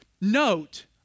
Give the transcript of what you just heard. Note